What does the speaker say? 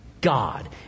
God